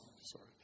Sorry